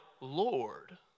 Lord